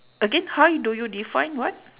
again how y~ do you define what